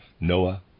Noah